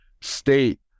state